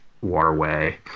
waterway